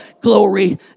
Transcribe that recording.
glory